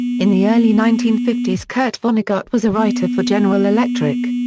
in the early nineteen fifty s kurt vonnegut was a writer for general electric.